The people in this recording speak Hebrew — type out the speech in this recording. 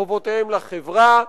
חובותיהם לחברה,